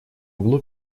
углу